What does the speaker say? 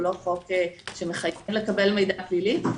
הוא לא חוק שמחייב לקבל מידע פלילי,